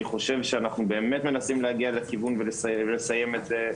אני חושב שאנחנו באמת מנסים להגיע לכיוון ולסיים את זה.